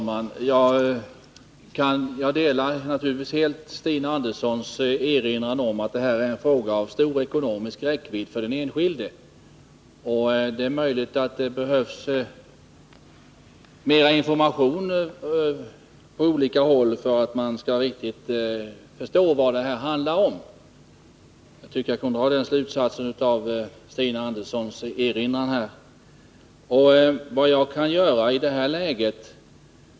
Herr talman! Stina Andersson har helt rätt i att detta är en fråga av stor ekonomisk räckvidd för den enskilde. Det är möjligt att det behövs mer information på olika håll för att man skall förstå vad det här handlar om — jag tyckte att jag kunde dra den slutsatsen av Stina Anderssons inlägg.